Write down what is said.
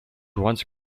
once